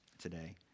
today